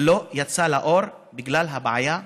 לא יצא לפועל בגלל הבעיה שהזכרתי.